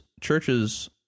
churches